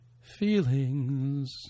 Feelings